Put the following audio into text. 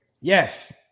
yes